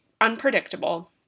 unpredictable